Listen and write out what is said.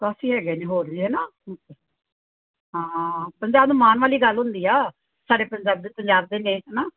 ਕਾਫੀ ਹੈਗੇ ਨੇ ਹੋਰ ਵੀ ਹੈ ਨਾ ਹਾਂ ਪੰਜਾਬ ਦੇ ਮਾਣ ਵਾਲੀ ਗੱਲ ਹੁੰਦੀ ਆ ਸਾਡੇ ਪੰਜਾਬ ਦੇ ਪੰਜਾਬ ਦੇ ਨੇ ਹੈ ਨਾ